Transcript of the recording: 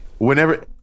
whenever